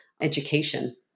education